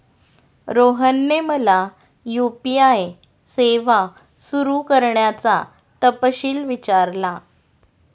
रोहनने मला यू.पी.आय सेवा सुरू करण्याचा तपशील विचारला